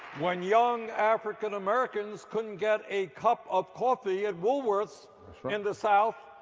when young african-americans couldn't get a cup of coffee at wolworth's in the south,